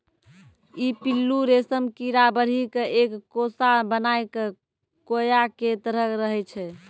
ई पिल्लू रेशम कीड़ा बढ़ी क एक कोसा बनाय कॅ कोया के तरह रहै छै